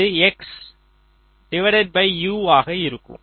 அது X U ஆக இருக்கும்